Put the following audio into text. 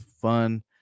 fun